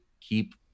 keep